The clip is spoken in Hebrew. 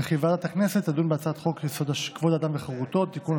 וכי ועדת הכנסת תדון בהצעת חוק-יסוד: כבוד האדם וחירותו (תיקון,